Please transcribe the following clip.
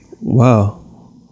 Wow